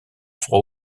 froid